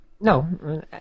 No